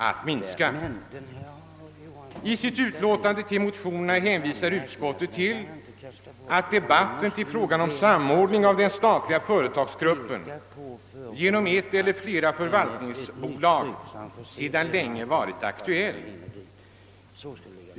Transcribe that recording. I sitt utlåtande hänvisar bankoutskottet till att debatten om en samordning av den statliga företagsgruppen till ett eller flera = förvaltningsbolag sedan länge varit aktuell.